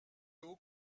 haut